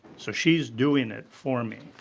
so she is doing it for me.